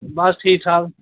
बस ठीक ठाक